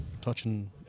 touching